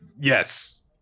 yes